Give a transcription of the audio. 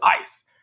ice